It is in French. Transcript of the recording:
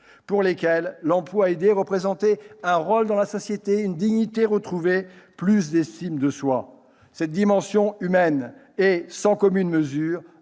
pour lesquelles l'emploi aidé représentait un rôle dans la société, une dignité retrouvée, plus d'estime de soi. Cette dimension humaine est sans commune mesure